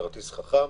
כרטיס חכם.